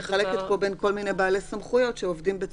זה מתחלק בין כל בעלי סמכויות,